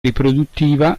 riproduttiva